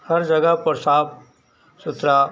हर जगह पर साफ सुथरा